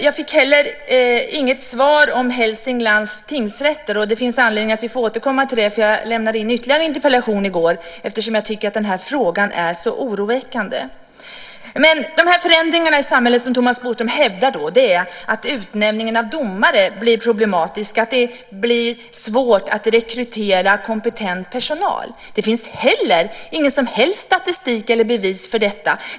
Jag fick heller inget svar om Hälsinglands tingsrätter. Det finns anledning att återkomma till det, för jag lämnade in ytterligare en interpellation i går. Jag tycker nämligen att den här frågan är oroväckande. De förändringar i samhället som Thomas Bodström hävdar är att utnämningen av domare blir problematisk, att det blir svårt att rekrytera kompetent personal. Det finns ingen som helst statistik eller bevis för detta.